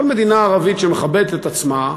כל מדינה ערבית שמכבדת את עצמה,